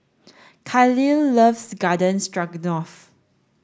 Kahlil loves Garden Stroganoff